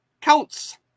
counts